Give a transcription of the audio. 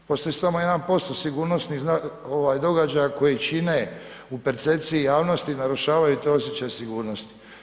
Postoji samo 1% sigurnosni događaj koji čine u percepciji javnosti narušavaju taj osjećaj sigurnosti.